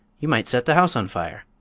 you might set the house on fire.